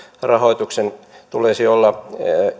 rahoituksen tulisi olla